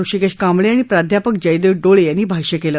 ऋषीकेश कांबळे आणि प्राध्यापक जयदेव डोळे यांनी भाष्य केलं